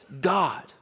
God